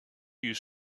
you